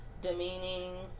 Demeaning